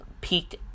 peaked